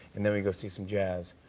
and then we go see some jazz.